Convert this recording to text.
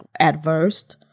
adversed